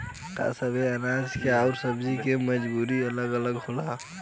का सबे अनाज के अउर सब्ज़ी के मजदूरी अलग अलग होला?